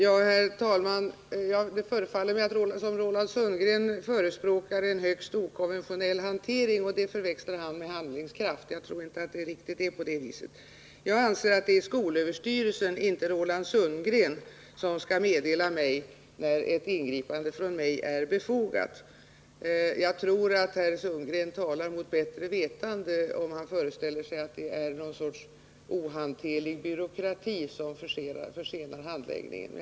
Herr talman! Det förefaller mig som om Roland Sundgren förespråkar en högst okonventionell hantering och som om han förväxlar detta med handlingskraft. Jag tror inte att det är samma sak. Jag anser att det är skolöverstyrelsen, inte Roland Sundgren, som skall meddela mig när ett ingripande från mig är befogat. Jag menar att Roland Sundgren talar mot bättre vetande, om han föreställer sig att det är något slags ohanterlig byråkrati som försenar handläggningen.